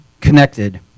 connected